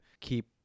keep